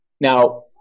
now